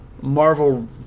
Marvel